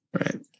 right